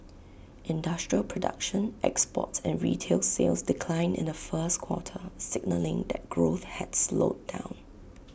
industrial production exports and retail sales declined in the first quarter signalling that growth had slowed down